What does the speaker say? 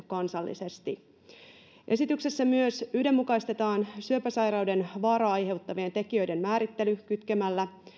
kansallisesti esityksessä myös yhdenmukaistetaan syöpäsairauden vaaraa aiheuttavien tekijöiden määrittely kytkemällä